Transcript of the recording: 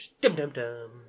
Dum-dum-dum